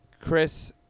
Chris